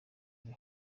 ari